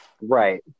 Right